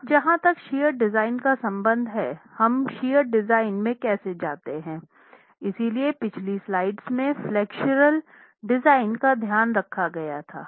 अब जहां तक शियर डिज़ाइन का संबंध है हम शियर डिज़ाइन में कैसे जाते हैं इसलिए पिछली स्लाइड्स में फ्लेक्सुरल डिज़ाइन का ध्यान रखा गया था